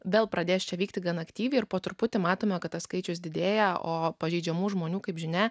vėl pradės čia vykti gan aktyviai ir po truputį matome kad tas skaičius didėja o pažeidžiamų žmonių kaip žinia